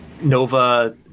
Nova